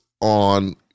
on